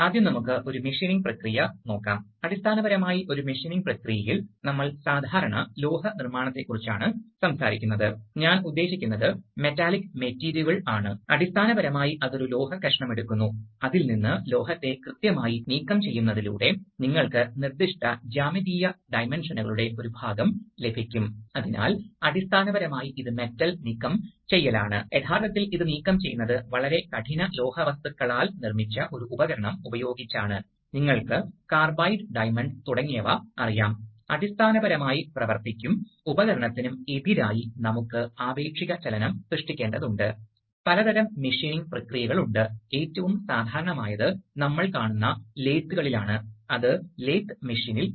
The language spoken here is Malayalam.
അതിനാൽ ഞങ്ങൾ ഇതിനകം ഡയറക്ഷൻഅൽ വാൽവുകൾ കണ്ടു ഹൈഡ്രോളിക്സ്ലുലും അവ കണ്ടിട്ടുണ്ട് അതിനാൽ ഇവിടെ പുതിയതായി ഒന്നുമില്ല അതിനാൽ വാൽവ് യഥാർത്ഥത്തിൽ ഇവിടെ കാണിച്ചിരിക്കുന്നു അതിനാൽ നിങ്ങൾക്ക് ഇൻലെറ്റും ഔട്ട്ലെറ്റ് പോർട്ടുകളും കാണാൻ കഴിയും നിങ്ങൾക്ക് കാണാൻ കഴിയും ഇവിടെ സ്പ്രിംഗ് ഉണ്ടെന്ന് ശരിയായ പേന തിരഞ്ഞെടുക്കാം അതിനാൽ ഇതാണ് പൈലറ്റ് മർദ്ദം